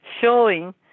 showing